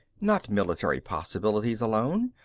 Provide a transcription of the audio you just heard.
not military possibilities alone,